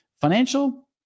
Financial